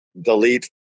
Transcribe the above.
Delete